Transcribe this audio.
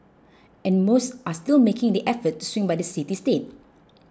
and most are still making the effort to swing by the city state